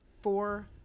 four